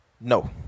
No